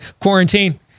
quarantine